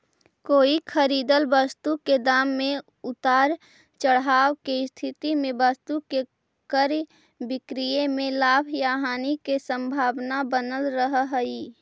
कोई खरीदल वस्तु के दाम में उतार चढ़ाव के स्थिति में वस्तु के क्रय विक्रय में लाभ या हानि के संभावना बनल रहऽ हई